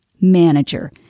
manager